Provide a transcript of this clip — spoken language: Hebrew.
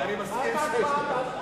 אתה לא מבין שמי שמפריע קוראים אותו לסדר?